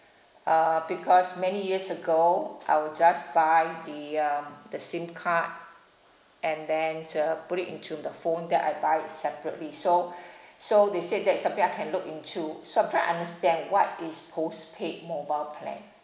uh because many years ago I would just buy the um the SIM card and then uh put it into the phone that I buy separately so so they said that it's something I can look into so I'm trying to understand what is postpaid mobile plan